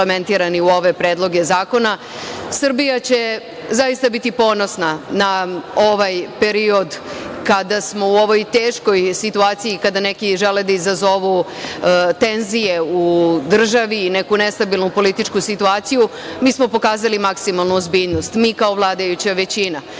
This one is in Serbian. u ove predloge zakona. Srbija će zaista biti ponosna na ovaj period kada smo u ovoj teškoj situaciji i kada neki žele da izazovu tenzije u državi i neku nestabilnu političku situaciju, mi smo pokazali maksimalnu ozbiljnost, mi kao vladajuća